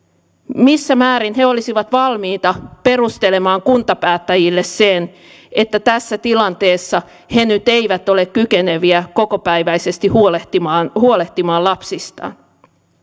missä määrin he olisivat valmiita perustelemaan kuntapäättäjille sen että tässä tilanteessa he nyt eivät ole kykeneviä kokopäiväisesti huolehtimaan huolehtimaan lapsistaan